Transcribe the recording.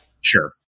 sure